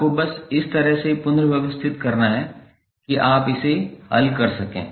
आपको बस इस तरह से पुनर्व्यवस्थित करना है कि आप इसे हल कर सकें